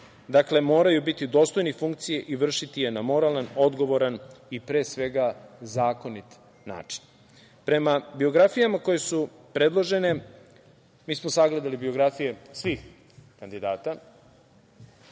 Dakle, moraju biti dostojni funkcije i vršiti je na moralan, odgovora i, pre svega, zakonit način. Prema biografijama koje su predložene, mi smo sagledali biografije svih kandidata,